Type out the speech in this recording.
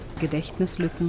Gedächtnislücken